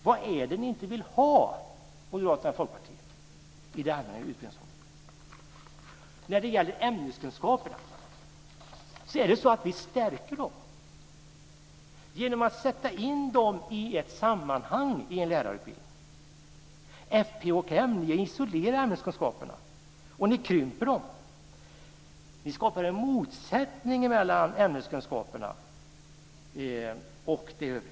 Vad är det ni inte vill ha, Moderaterna och Folkpartiet, i det allmänna utbildningsområdet? När det gäller ämneskunskaperna stärker vi dem genom att sätta in dem i ett sammanhang i lärarutbildningen. Fp och m isolerar ämneskunskaperna och krymper dem. Ni skapar en motsättning mellan ämneskunskaperna och det övriga.